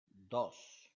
dos